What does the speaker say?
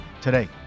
today